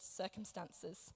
circumstances